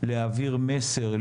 להבהיר מסר,